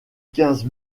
quinze